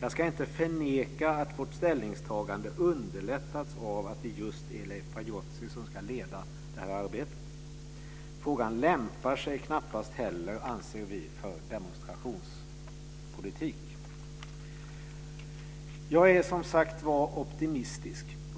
Jag ska inte förneka att vårt ställningstagande underlättats av att det just är Leif Pagrotsky som ska leda det här arbetet. Frågan lämpar sig knappast heller, anser vi, för demonstrationspolitik. Jag är, som sagt var, optimistisk.